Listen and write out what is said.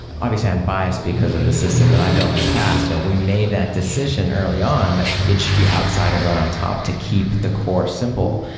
obviously, i'm biased because of the system that i built in the past. you know we made that decision early on that it should be outside and run on top to keep the core simple,